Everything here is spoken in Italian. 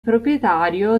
proprietario